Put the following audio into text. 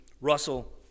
Russell